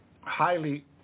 highly